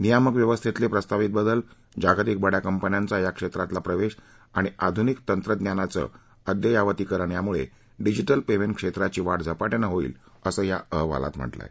नियामक व्यवस्थेतले प्रस्तावित बदल जागतिक बडया कंपन्यांचा या क्षेत्रातला प्रवेश आणि आधुनिक तंत्रज्ञानाचं अद्ययावतिकरण यामुळे डिजिटल पेमेंट क्षेत्राची वाढ झपाटयानं होईल असं या अहवालात म्हटलंय